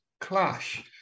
clash